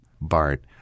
Bart